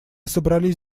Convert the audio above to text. собрались